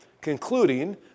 concluding